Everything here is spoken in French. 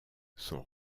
sont